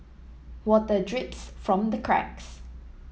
water drips from the cracks